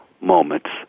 moments